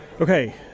Okay